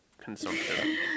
consumption